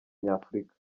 nyafurika